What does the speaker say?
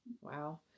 Wow